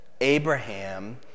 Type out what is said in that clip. Abraham